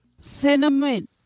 Cinnamon